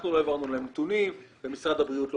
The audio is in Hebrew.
אנחנו לא העברנו להם נתונים ומשרד הבריאות לא